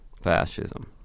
fascism